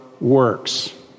works